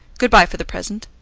good-bye for the present.